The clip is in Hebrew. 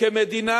כמדינה